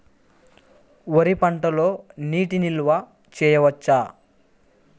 వరి పంటలో నీటి నిల్వ చేయవచ్చా?